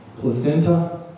Placenta